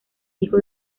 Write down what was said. hijo